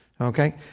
Okay